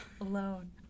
alone